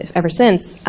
ever since.